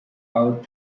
out